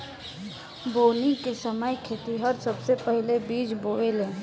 बोवनी के समय खेतिहर सबसे पहिले बिज बोवेलेन